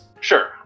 Sure